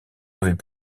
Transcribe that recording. avait